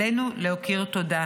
עלינו להכיר תודה,